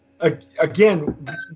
Again